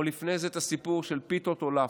או לפני זה על הסיפור של פיתות או לאפות.